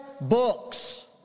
Books